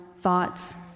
thoughts